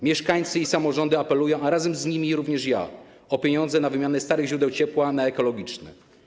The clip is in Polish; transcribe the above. Mieszkańcy i samorządy apelują, a razem z nimi również ja o pieniądze na wymianę starych źródeł ciepła na ekologiczne.